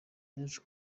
yaje